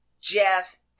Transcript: Jeff